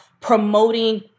promoting